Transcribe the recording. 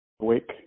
awake